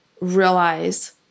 realize